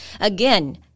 Again